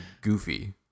goofy